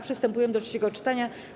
Przystępujemy do trzeciego czytania.